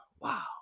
wow